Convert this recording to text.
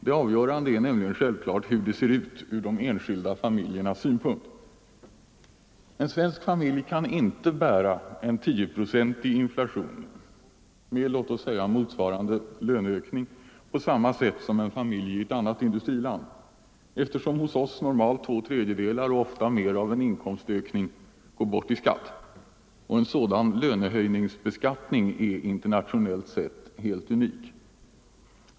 Det avgörande är nämligen självklart hur det ser ut ur de enskilda familjernas synpunkt. En svensk familj kan inte bära en 10-procentig inflation med låt oss säga motsvarande löneökning på samma sätt som en familj i ett annat industriland eftersom hos oss normalt två tredjedelar och ofta mer av en inkomstökning går bort i skatt. En sådan lönehöjningsbeskattning är internationellt sett helt unik.